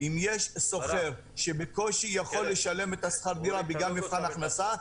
אם יש שוכר שבקושי יכול לשלם את שכר הדירה בגלל מבחן הכנסה,